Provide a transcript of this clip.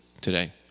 today